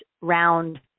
round